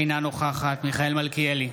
אינה נוכחת מיכאל מלכיאלי,